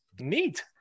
Neat